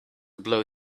blow